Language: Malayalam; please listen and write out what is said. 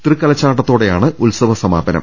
തൃക്കലശാട്ടത്തോടെയാണ് ഉത്സവ സമാപനം